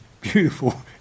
beautiful